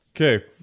Okay